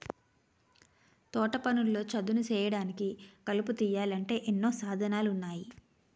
తోటపనుల్లో చదును సేయడానికి, కలుపు తీయాలంటే ఎన్నో సాధనాలున్నాయి